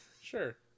Sure